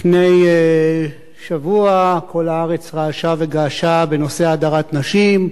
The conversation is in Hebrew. לפני שבוע כל הארץ רעשה וגעשה בנושא הדרת נשים.